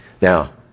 Now